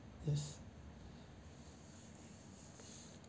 yes